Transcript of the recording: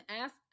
ask